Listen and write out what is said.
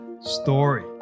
story